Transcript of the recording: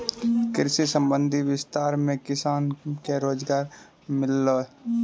कृषि संबंधी विस्तार मे किसान के रोजगार मिल्लै